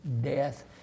death